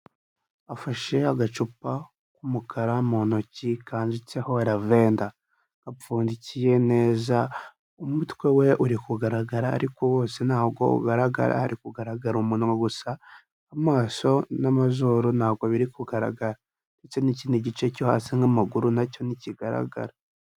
Afashe agacupa k'umukara mu ntoki, kanditseho lavender, apfundikiye neza, umutwe we uri kugaragara ariko wose ntabwo ugaragara, hari kugaragara umunwa gusa, amaso n'amazuru ntabwo biri kugaragara. Ndetse n'ikindi gice cyo hasi nk'amaguru nacyo ntikigaragara.